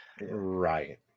right